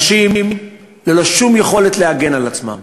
אנשים ללא שום יכולת להגן על עצמם.